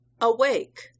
Awake